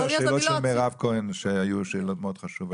גם השאלות של מירב כהן שהיו שאלות מאוד חשובות.